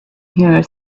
here